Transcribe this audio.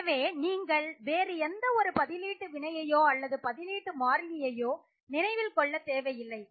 எனவே நீங்கள் வேறு எந்த ஒரு பதிலீட்டு வினையையோ அல்லது பதிலீட்டு மாறிலியையோ நினைவில் கொள்ளத் தேவையில்லை